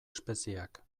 espezieak